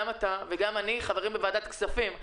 גם חבר הכנסת פינדרוס וגם אני חברים בוועדת כספים.